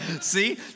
See